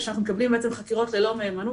שאנחנו מקבלים חקירות ללא מהימנות,